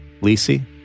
Lisi